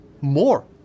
More